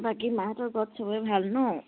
বাকী মাহঁতৰ ঘৰত চবৰে ভাল ন